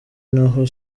naho